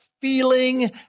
feeling